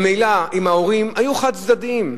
ממילא עם ההורים, היו חד-צדדיות.